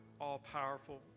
all-powerful